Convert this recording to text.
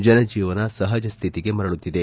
ಜನಜೀವನ ಸಹಜ ಸ್ವಿತಿಗೆ ಮರಳುತ್ತಿದೆ